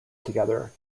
together